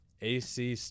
AC